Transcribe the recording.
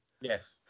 Yes